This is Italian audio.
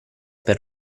per